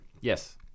yes